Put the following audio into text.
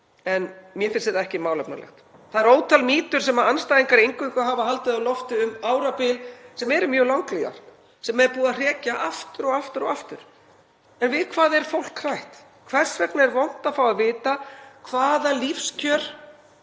en mér finnst þetta ekki málefnalegt. Það eru ótal mýtur sem andstæðingar inngöngu hafa haldið á lofti um árabil sem eru mjög langlífar og sem er búið að hrekja aftur og aftur. En við hvað er fólk hrætt? Hvers vegna er vont að fá að vita hvaða lífskjör